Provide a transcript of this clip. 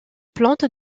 plante